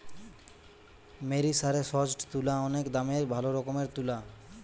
মেরিসারেসজড তুলা অনেক দামের ভালো রকমের তুলা